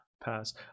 Pass